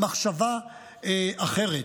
למחשבה אחרת.